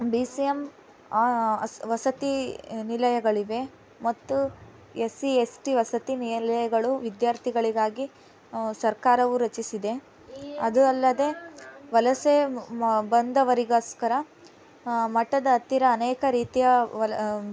B C M ವಸತಿ ನಿಲಯಗಳಿವೆ ಮತ್ತು ಎಸ್ ಸಿ ಎಸ್ ಟಿ ವಸತಿ ನಿಲಯಗಳು ವಿಧ್ಯಾರ್ಥಿಗಳಿಗಾಗಿ ಸರ್ಕಾರವು ರಚಿಸಿದೆ ಅದೂ ಅಲ್ಲದೆ ವಲಸೆ ಬಂದವರಿಗೋಸ್ಕರ ಮಠದ ಹತ್ತಿರ ಅನೇಕ ರೀತಿಯ ವಲ